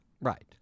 Right